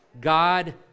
God